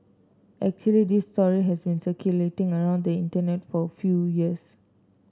actually this story has been circulating around the Internet for a few years